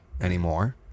anymore